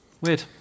weird